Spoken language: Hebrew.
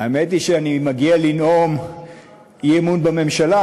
האמת היא שאני מגיע לנאום האי-אמון בממשלה,